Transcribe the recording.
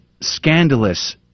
scandalous